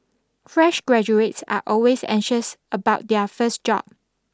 fresh graduates are always anxious about their first job